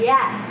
Yes